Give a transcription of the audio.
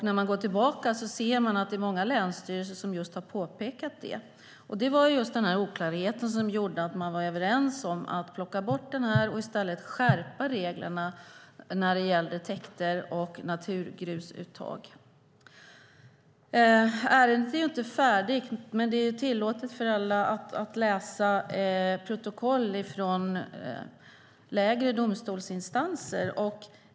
När man går tillbaka ser man att många länsstyrelser har påpekat just det. Det var just den oklarheten som gjorde att man var överens om att plocka bort denna regel och i stället skärpa reglerna när det gällde täkter och naturgrusuttag. Ärendet är inte färdigt, men det är tillåtet för alla att läsa protokoll från lägre domstolsinstanser.